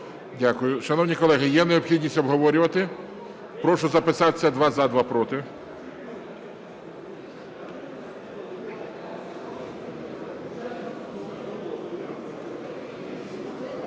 Дякую. Шановні колеги, є необхідність обговорювати? Прошу записатися: два – за, два – проти.